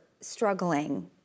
struggling